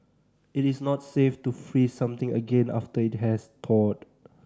it is not safe to freeze something again after it has thawed